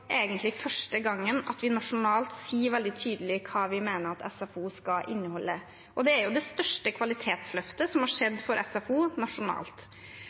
egentlig første gang at vi nasjonalt sier veldig tydelig hva vi mener at SFO skal inneholde. Det er det største kvalitetsløftet som har skjedd for SFO nasjonalt.